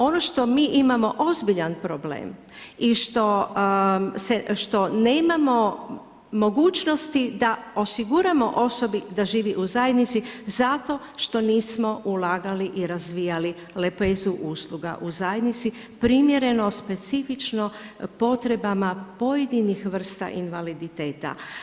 Ono što mi imamo ozbiljan problem i što nemamo mogućnosti da osiguramo osobi da živi u zajednici zato što nismo ulagali i razvijali lepezu usluga u zajednici, primjereno, specifično potrebama pojedinih vrsta invaliditeta.